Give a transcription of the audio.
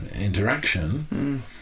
interaction